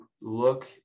look